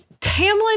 Tamlin